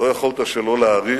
לא יכולת שלא להעריך,